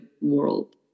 world